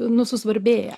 nu susvarbėję